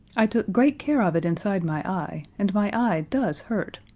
i took great care of it inside my eye, and my eye does hurt.